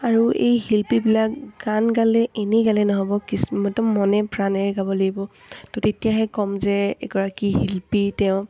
আৰু এই শিল্পীবিলাক গান গালে এনেই গালে নহ'ব কিছু একদম মনে প্ৰাণেৰে গাব লাগিব ত' তেতিয়াহে ক'ম যে এগৰাকী শিল্পী তেওঁ